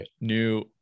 new